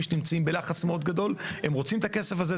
שנמצאים בלחץ מאוד גדול הם רוצים את הכסף הזה,